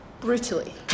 Brutally